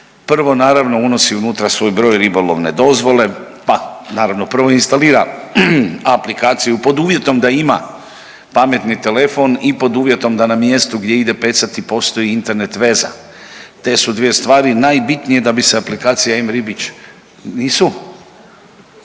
prvo naravno unosi unutra svoj broj ribolovne dozvole, pa naravno prvo instalira aplikaciju pod uvjetom da ima pametni telefon i pod uvjetom da na mjestu gdje ide pecati postoji Internet veza. Te su dvije stvari najbitnije da bi se aplikacija mRibic